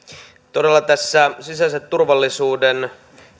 todella tässä sisäisen turvallisuuden